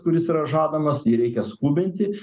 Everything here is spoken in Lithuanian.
kuris yra žadamas jį reikia skubinti